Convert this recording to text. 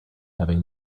having